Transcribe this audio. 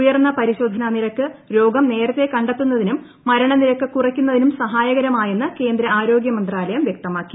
ഉയർന്ന പരിശോധന നിരക്ക് രോഗം നേരത്തെ കണ്ടെത്തുന്നതിനും മരണനിരക്ക് കുറയ്ക്കുന്നതിനും സഹായകരമായെന്ന് കേന്ദ്ര ആരോഗ്യമന്ത്രാലയം വ്യക്തമാക്കി